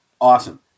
awesome